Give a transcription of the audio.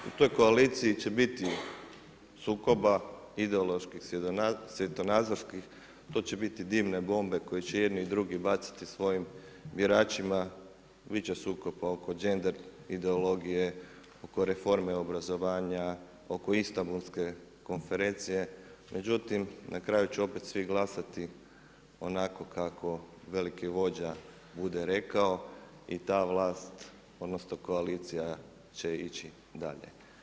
U toj koaliciji će biti sukoba, ideoloških, svjetonazorskih, tu će biti divne bombe koji će i jedni i drugi baciti svojim biračima, bit će sukoba oko gender ideologije, oko reforme obrazovanja, oko Istambulske konferencije, međutim, na kraju će opet svi glasati onako kako veliki vođa bude rekao i ta vlast, odnosno koalicija će ići dalje.